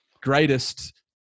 greatest